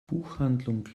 buchhandlung